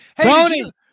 Tony